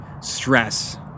stress